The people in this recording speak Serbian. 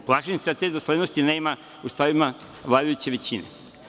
Plašim se da te doslednosti nema u stavovima vladajuće većine.